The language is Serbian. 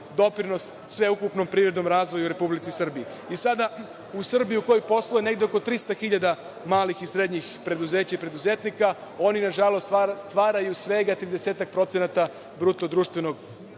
doprinos sveukupnom privrednom razvoju u Republici Srbiji. Sada u Srbiji u kojoj posluje negde oko 300 hiljada malih i srednjih preduzeća i preduzetnika, oni nažalost, stvaraju svega 30-ak procenata